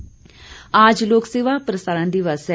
प्रसारण दिवस आज लोकसेवा प्रसारण दिवस है